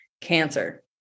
cancer